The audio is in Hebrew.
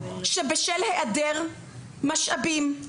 שבשל היעדר משאבים,